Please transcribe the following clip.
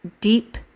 deep